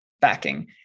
backing